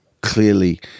clearly